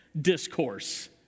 discourse